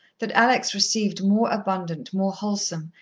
that alex received more abundant, more wholesome,